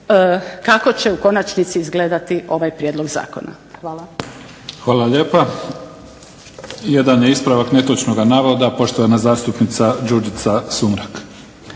kako će u konačnici izgledati ovaj prijedlog zakona. Hvala. **Mimica, Neven (SDP)** Hvala lijepa. Jedan je ispravak netočnoga navoda, poštovana zastupnica Đurđica Sumrak.